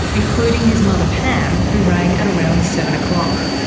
including his mother pam, who rang at around seven o'clock.